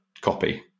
copy